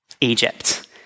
Egypt